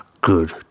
Good